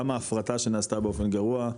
גם ההפרטה שנעשתה באופן גרוע,